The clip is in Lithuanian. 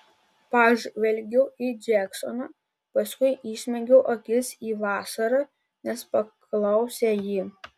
pažvelgiau į džeksoną paskui įsmeigiau akis į vasarą nes paklausė ji